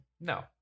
no